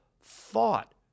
thought